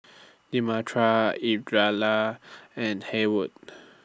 Demetria and Haywood